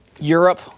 Europe